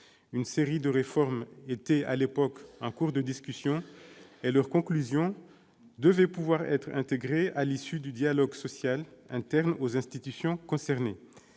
Une série de réformes étaient à l'époque en cours de discussion et leurs conclusions devaient pouvoir être intégrées à l'issue du dialogue social interne aux institutions concernées.